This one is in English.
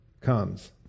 comes